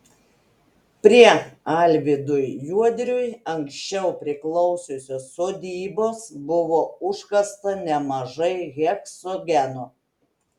prie alvydui juodriui anksčiau priklausiusios sodybos buvo užkasta nemažai heksogeno